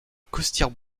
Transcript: costières